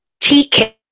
TK